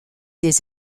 des